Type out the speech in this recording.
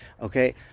Okay